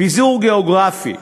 פיזור גיאוגרפי,